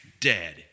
Dead